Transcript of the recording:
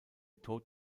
tod